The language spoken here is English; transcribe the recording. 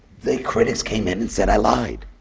the critics came in and said i lied!